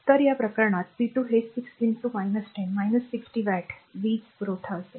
तर त्या प्रकरणात p2 हे 6 10 60 वॅट वीज पुरवठा असेल